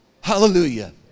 Hallelujah